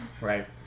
Right